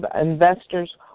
investors